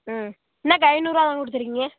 ம் என்னக்கா ஐநூறுரூவா தான் கொடுத்துருக்கீங்க